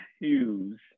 Hughes